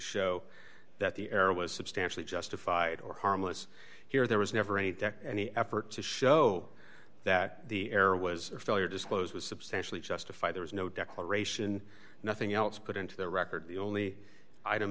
show that the error was substantially justified or harmless here there was never any any effort to show that the error was failure disclosed was substantially justify there was no declaration nothing else put into the record the only item